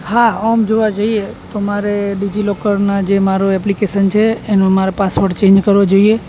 હા આમ જોવા જઈએ તો મારે ડિઝિલોકરનાં જે મારો એપ્લિકેસન છે એનું મારે પાસવડ ચેન્જ કરવો જોઈએ